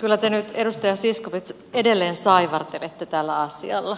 kyllä te nyt edustaja zyskowicz edelleen saivartelette tällä asialla